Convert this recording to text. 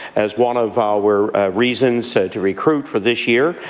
as one of our reasons to recruit for this year,